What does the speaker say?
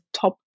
top